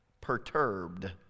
perturbed